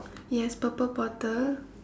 yes purple bottle